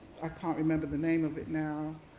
i can't remember the name of it now.